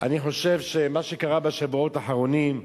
שאני חושב, מה שקרה בשבועות האחרונים,